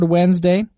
Wednesday